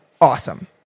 Awesome